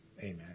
Amen